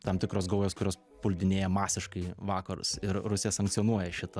tam tikros gaujos kurios puldinėja masiškai vakarus ir rusija sankcionuoja šitą